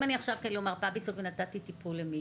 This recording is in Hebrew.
אם אני עכשיו כמרפאה בעיסוק ונתתי טיפול למישהו,